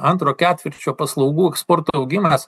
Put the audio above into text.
antro ketvirčio paslaugų eksporto augimas